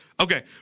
Okay